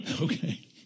Okay